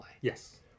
Yes